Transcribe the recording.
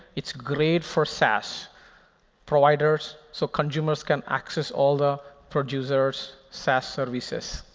it's great for saas providers, so consumers can access all the producer's saas services.